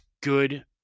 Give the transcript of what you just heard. good